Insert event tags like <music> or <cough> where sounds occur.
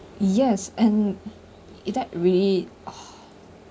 yes and is that really <noise>